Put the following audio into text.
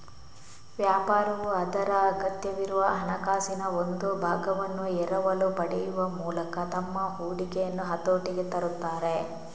ವ್ಯಾಪಾರವು ಅದರ ಅಗತ್ಯವಿರುವ ಹಣಕಾಸಿನ ಒಂದು ಭಾಗವನ್ನು ಎರವಲು ಪಡೆಯುವ ಮೂಲಕ ತಮ್ಮ ಹೂಡಿಕೆಯನ್ನು ಹತೋಟಿಗೆ ತರುತ್ತಾರೆ